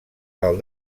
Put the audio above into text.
del